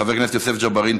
חבר הכנסת יוסף ג'בארין,